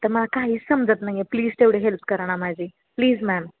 तर मला काहीच समजत नाही आहे प्लीज तेवढी हेल्प करा ना माझी प्लीज मॅम